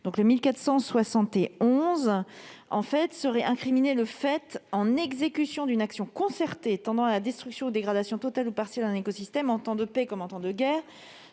n° 1471 serait incriminé « le fait, en exécution d'une action concertée tendant à la destruction ou dégradation totale ou partielle d'un écosystème, en temps de paix comme en temps de guerre,